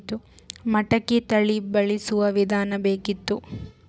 ಮಟಕಿ ತಳಿ ಬಳಸುವ ವಿಧಾನ ಬೇಕಿತ್ತು?